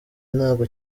ntabwo